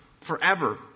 forever